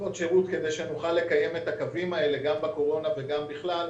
לתוספות שירות כדי שנוכל לקיים את הקווים האלה גם בקורונה וגם בכלל,